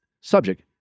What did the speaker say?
subject